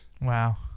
Wow